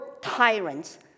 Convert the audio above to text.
tyrants